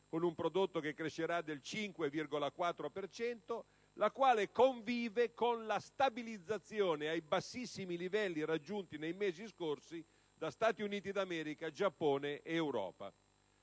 con un prodotto che crescerà del 5,4 per cento, convive infatti con la stabilizzazione ai bassissimi livelli raggiunti nei mesi scorsi da Stati Uniti d'America, Giappone ed Europa.